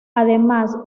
además